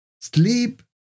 sleep